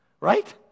right